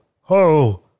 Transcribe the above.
ho